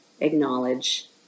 acknowledge